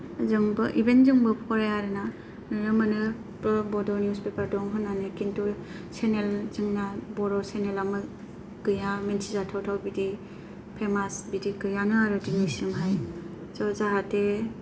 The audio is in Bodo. जोंबो इभेन जोंबो फराया आरोना नुनो मोनो बड' निउसपेपार दं होननानै किन्तु सेनेल जोंनिया बर' सेनेला मोजां गैया मिन्थिजाथाव थाव बिदि फेमास बिदि गैयानो आरो दिनैसिम ज जाहाथे